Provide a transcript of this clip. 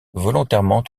volontairement